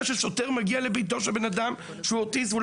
ששוטר מגיע של בן אדם אוטיסט עם התמודדות נפשית,